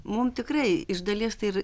mum tikrai iš dalies tai ir